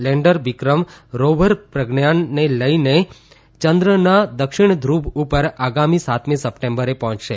lander Vikram rover પ્રગ્યાનને લઇને ચંદ્રના દક્ષિણ ધુવ ઉપર આગામી સાતમી સપ્ટેમ્બરે પહોંચશે